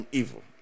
evil